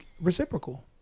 reciprocal